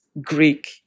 Greek